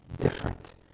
different